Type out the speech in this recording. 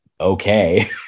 Okay